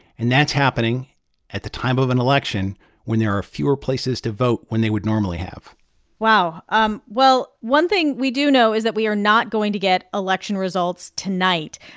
and that's happening at the time of an election when there are fewer places to vote when they would normally have wow. um well, one thing we do know is that we are not going to get election results tonight.